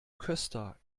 köster